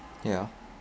ya